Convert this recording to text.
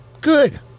good